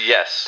Yes